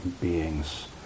beings